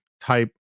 type